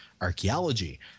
archaeology